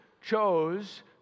chose